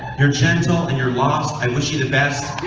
you're gentle and you're lost i wish you the best